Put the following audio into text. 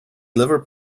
liver